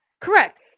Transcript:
Correct